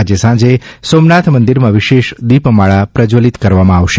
આજે સાંજે સોમનાથ મંદિરમાં વિશેષ દિપમાળા પ્રશ્વલિત કરવામાં આવશે